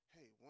hey